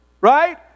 Right